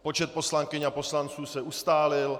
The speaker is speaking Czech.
Počet poslankyň a poslanců se ustálil.